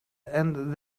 and